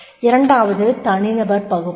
இரண்டாவது தனிநபர் பகுப்பாய்வு